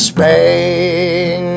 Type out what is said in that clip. Spain